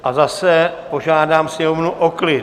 A zase požádám Sněmovnu o klid.